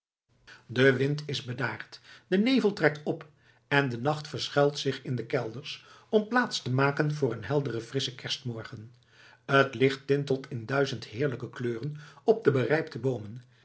de wind is bedaard de nevel trekt op en de nacht verschuilt zich in de kelders om plaats te maken voor een helderen frisschen kerstmorgen het licht tintelt in duizend heerlijke kleuren op de berijpte boomen